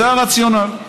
זה הרציונל.